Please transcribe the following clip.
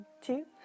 Two